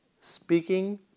speaking